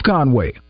Conway